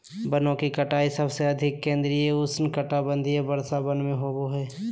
वनों की कटाई सबसे अधिक केंद्रित उष्णकटिबंधीय वर्षावन में होबो हइ